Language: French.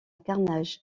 carnage